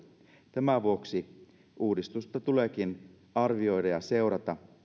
tämän vuoksi uudistusta tuleekin arvioida ja seurata